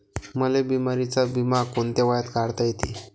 मले बिमारीचा बिमा कोंत्या वयात काढता येते?